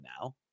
now